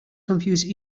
confuse